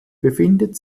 befindet